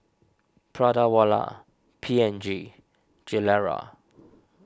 Prata Wala P and G Gilera